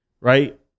right